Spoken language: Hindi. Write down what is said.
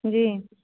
जी